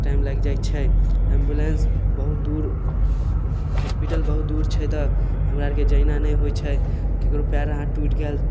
time लागि जाइ छै एम्बुलेन्स बहुत दूर हॉस्पिटल बहुत दूर छै तऽ हमरा आरके जेनाइ नहि होइ छै ककरो पाएर हाथ टुटि गेल